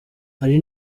hari